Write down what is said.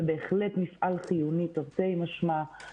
זה בהחלט מפעל חיוני תרתי משמע.